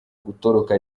gutoroka